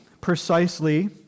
precisely